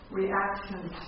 reactions